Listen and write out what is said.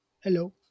hello